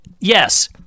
yes